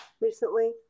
recently